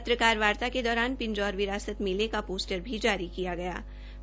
पत्रकार वार्ता के दौरान पिंजौर विरासत मेले का पोस्टर भी जारी किया गया है